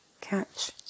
catch